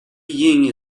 ying